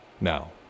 Now